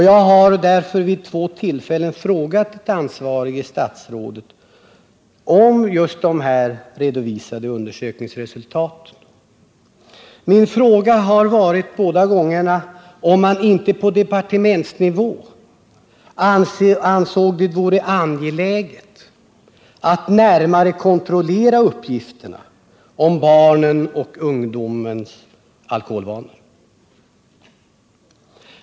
Jag har därför vid två tillfällen frågat det ansvariga statsrådet om just dessa redovisade undersökningsresultat. Min fråga har båda gångerna varit om man inte på departementsnivå anser det angeläget att närmare kontrollera uppgifterna om barnens och ungdomens alkoholvanor.